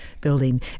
Building